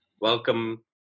Welcome